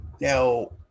now